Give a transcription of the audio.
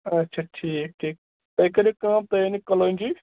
اچھا ٹھیٖک ٹھیٖک تُہۍ کٔرِو کٲم تُہۍ أنِو کَلونٛجی